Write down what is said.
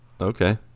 Okay